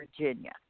Virginia